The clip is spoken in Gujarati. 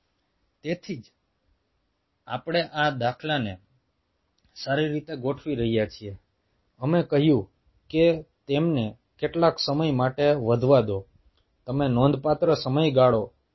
તેથી જ આપણે આ દાખલાને સારી રીતે ગોઠવી રહ્યા છીએ અમે કહ્યું કે તેમને કેટલાક સમય માટે વધવા દો તમે નોંધપાત્ર સમયગાળો જાણો છો